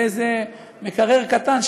ואיזה מקרר קטן,